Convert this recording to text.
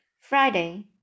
Friday